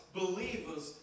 believers